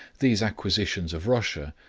these acquisitions of russia,